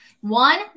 One